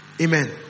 Amen